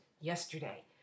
yesterday